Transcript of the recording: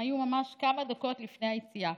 הם היו ממש כמה דקות לפני היציאה.